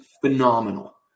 phenomenal